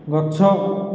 ଗଛ